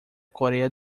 coreia